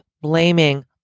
blaming